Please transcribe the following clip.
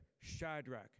Shadrach